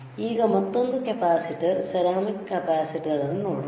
ಈಗ ಮತ್ತೊಂದು capacitor ceramic capacitor ಅನ್ನು ನೋಡೋಣ